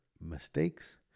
mistakes